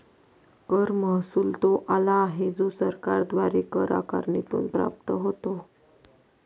कर महसुल तो आला आहे जो सरकारद्वारे कर आकारणीतून प्राप्त होतो